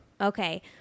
Okay